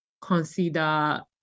consider